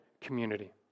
community